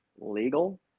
legal